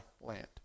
land